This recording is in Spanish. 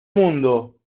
mundo